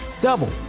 double